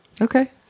Okay